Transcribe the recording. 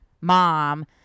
mom